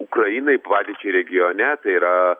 ukrainai padėčiai regione tai yra